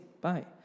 Bye